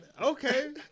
Okay